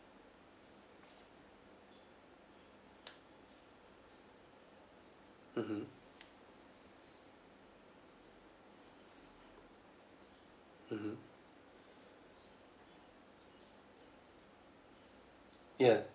mmhmm mmhmm ya